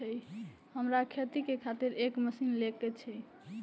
हमरा खेती के खातिर एक मशीन ले के छे?